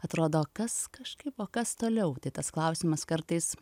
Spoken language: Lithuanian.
atrodo kas kažkaip o kas toliau tai tas klausimas kartais